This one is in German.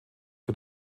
für